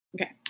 Okay